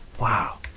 Wow